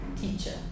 teacher